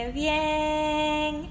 bien